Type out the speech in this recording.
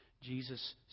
Jesus